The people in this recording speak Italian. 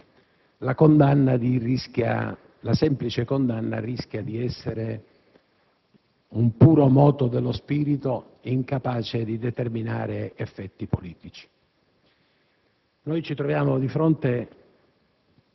è stato detto da altri colleghi, la semplice condanna rischia di essere un puro moto dello spirito, incapace di determinare effetti politici.